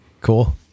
cool